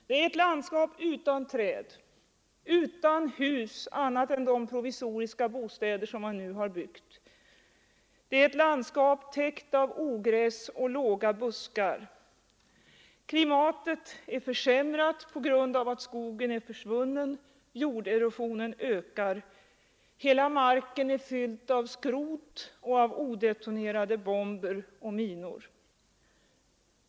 Det är ett landskap utan träd och utan hus — förutom de provisoriska bostäder som man nu har byggt. Det är ett landskap täckt av ogräs och låga buskar. Klimatet är försämrat på grund av att skogen är försvunnen, och jorderosionen ökar. Hela marken är fylld av skrot och odetonerade bomber och minor.